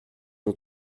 ont